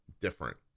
different